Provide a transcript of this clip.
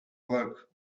work